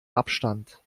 abstand